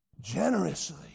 generously